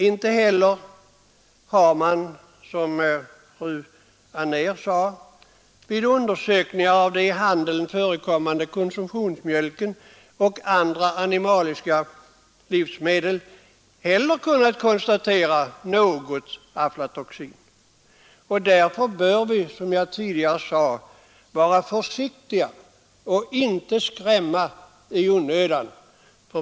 Inte heller har man, som fru Anér sade, vid undersökningar av den i handeln förekommande konsumtionsmjölken och andra animaliska livsmedel kunnat konstatera något aflatoxin. Därför bör vi, som jag tidigare sade, vara f onödan.